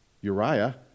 Uriah